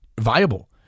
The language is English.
viable